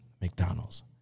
McDonald's